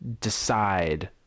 decide